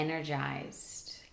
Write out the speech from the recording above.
energized